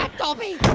dobby,